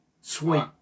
Sweet